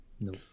No